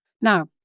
Now